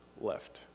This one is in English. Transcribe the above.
left